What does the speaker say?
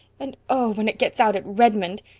and, oh, when it gets out at redmond!